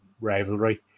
rivalry